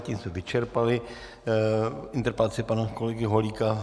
Tím jsme vyčerpali interpelaci pana kolegy Holíka.